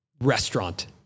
restaurant